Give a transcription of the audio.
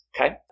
Okay